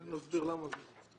תסבירו למה.